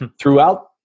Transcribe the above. throughout